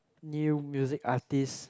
new music artist